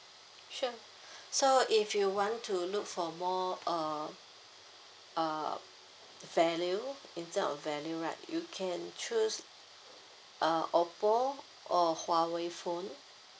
sure so if you want to look for more uh uh value in term of value right you can choose a oppo or huawei phone